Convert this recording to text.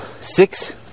six